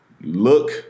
Look